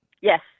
Yes